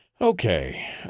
Okay